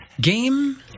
game